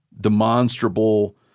demonstrable –